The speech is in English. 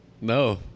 No